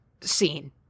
scene